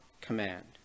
command